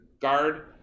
guard